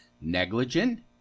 negligent